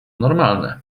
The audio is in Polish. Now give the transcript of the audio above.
normalne